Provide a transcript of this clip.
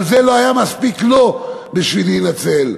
אבל זה לא הספיק לו בשביל להינצל.